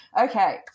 Okay